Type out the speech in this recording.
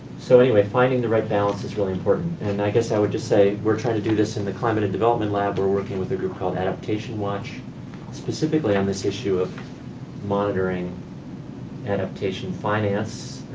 so, anyway, finding the right balance is really important. and i guess i would just say we're trying to do this in the climate and development lab. we're working with a group called adaptation watch specifically on this issue of monitoring adaptation finance.